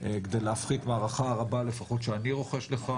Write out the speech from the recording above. כדי להפחית מההערכה הרבה שאני לפחות רוכש לך,